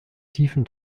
tiefen